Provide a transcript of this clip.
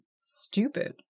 stupid